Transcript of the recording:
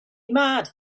mad